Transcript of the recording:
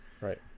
Right